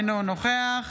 אינו נוכח